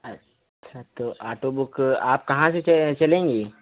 अच्छा तो auto book आप कहाँ से च चलेंगी